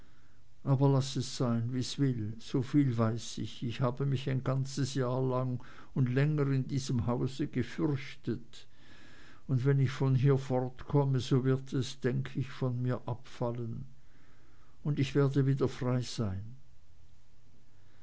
aber laß es sein wie's will soviel weiß ich ich habe mich ein ganzes jahr lang und länger in diesem hause gefürchtet und wenn ich von hier fortkomme so wird es denke ich von mir abfallen und ich werde wieder frei sein